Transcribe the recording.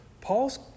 Paul's